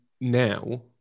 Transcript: now